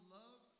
love